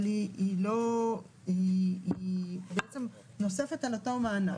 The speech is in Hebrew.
אבל היא בעצם נוספת על אותו מענק.